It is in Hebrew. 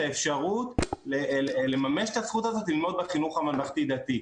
האפשרות לממש את הזכות הזאת ללמוד בחינוך הממלכתי דתי.